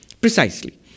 Precisely